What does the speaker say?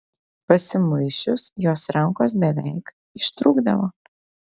pasimuisčius jos rankos beveik ištrūkdavo